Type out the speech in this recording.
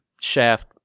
shaft